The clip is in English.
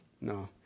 No